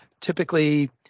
typically